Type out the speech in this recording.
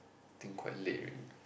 think quite late already